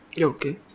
Okay